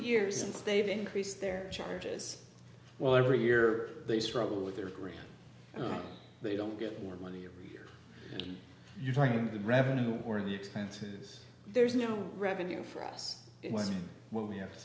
years since they've increased their charges well every year they struggle with their grant and they don't get more money every year and you try to get the revenue for the expenses there's no revenue for us when we have to